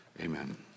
amen